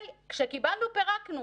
כשקיבלנו פירקנו.